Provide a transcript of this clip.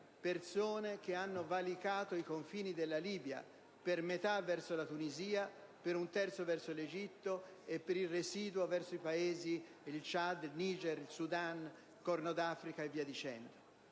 persone che hanno valicato i confini della Libia, per metà verso la Tunisia, per un terzo verso l'Egitto e per il residuo verso i Paesi del Ciad, Niger, Sudan, Corno d'Africa e via dicendo.